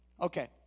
Okay